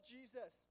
Jesus